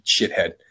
shithead